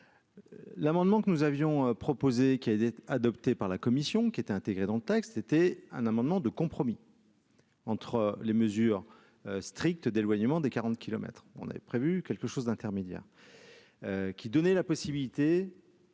L'amendement que nous avions proposé, qui a été adopté par la commission qui étaient intégrés dans texte était un amendement de compromis. Entre les mesures stricte d'éloignement des 40 kilomètres, on avait prévu quelque chose d'intermédiaire qui donnait la possibilité.